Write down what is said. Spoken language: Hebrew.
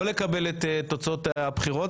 לא לקבל את תוצאות הבחירות,